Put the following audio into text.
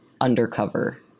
undercover